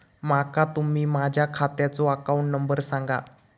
माका तुम्ही माझ्या खात्याचो अकाउंट नंबर सांगा?